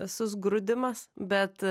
susgrūdimas bet